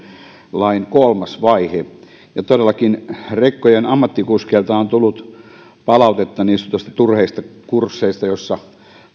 lain kolmas vaihe todellakin rekkojen ammattikuskeilta on tullut palautetta niin sanotuista turhista kursseista jossa